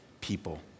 people